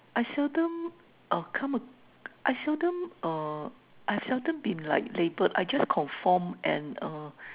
I seldom uh come a I seldom uh I seldom been like labelled I just confirm and uh